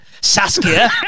Saskia